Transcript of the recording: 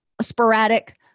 sporadic